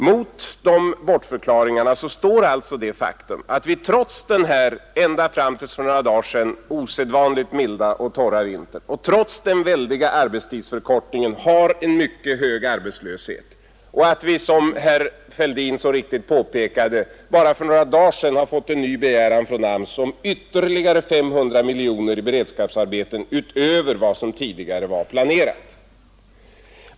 Mot dessa bortförklaringar står det faktum att vi trots den ända tills för några dagar sedan osedvanligt milda och torra vintern och trots den väldiga arbetstidsförkortningen har en mycket hög arbetslöshet och att vi, som herr Fälldin så riktigt påpekade, bara för några dagar sedan fick en ny begäran från AMS om ytterligare 500 miljoner kronor för beredskapsarbeten utöver vad som tidigare var planerat.